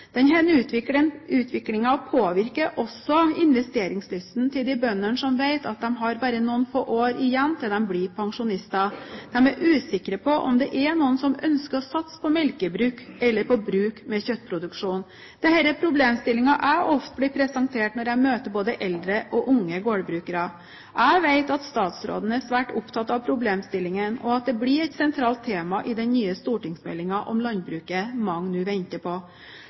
påvirker også investeringslysten til de bøndene som vet at de bare har noen få år igjen til de blir pensjonister. De er usikre på om det er noen som ønsker å satse på melkebruk eller på bruk med kjøttproduksjon. Dette er problemstillinger jeg ofte blir presentert for når jeg møter både unge og eldre gårdbrukere. Jeg vet at statsråden er svært opptatt av problemstillingen, og at det blir et sentralt tema i den nye stortingsmeldingen om landbruket mange nå venter på.